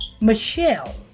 Michelle